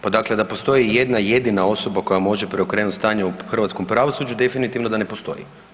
Pa dakle, da postoji jedna jedina osoba koja može preokrenuti stanje u hrvatskom pravosuđu, definitivno da ne postoji.